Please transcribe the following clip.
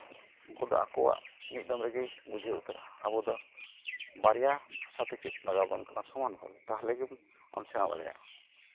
ᱩᱱᱠᱩ ᱫᱚ ᱟᱠᱚᱣᱟᱜ ᱢᱤᱫ ᱫᱚᱢ ᱨᱮᱜᱮ ᱵᱩᱡᱷᱟᱹᱣ ᱩᱛᱟᱹᱨᱟ ᱟᱵᱚ ᱫᱚ ᱵᱟᱨᱭᱟ ᱵᱷᱟᱥᱟᱛᱮ ᱪᱮᱫ ᱞᱟᱜᱟᱣᱟᱵᱚᱱ ᱠᱟᱱᱟ ᱥᱚᱢᱟᱱ ᱵᱷᱟᱵᱮ ᱛᱟᱦᱚᱞᱮ ᱜᱮ ᱟᱢ ᱥᱮᱬᱟ ᱫᱟᱲᱮᱭᱟᱜᱼᱟ